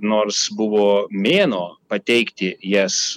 nors buvo mėnuo pateikti jas